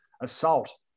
assault